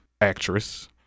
actress